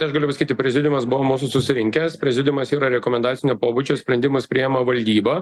tai aš galiu pasakyti prezidiumas buvo mūsų susirinkęs prezidiumas yra rekomendacinio pobūdžio sprendimus priima valdyba